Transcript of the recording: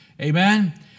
Amen